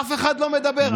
אף אחד לא מדבר.